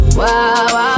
wow